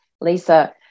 Lisa